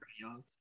Young